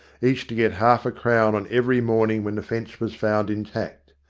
each to get half-a-crown on every morning when the fence was found intact.